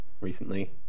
recently